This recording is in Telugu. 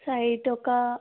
సరే అయితే ఒక